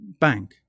Bank